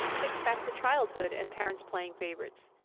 think back to childhood and parents playing favorites.